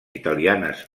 italianes